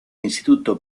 instituto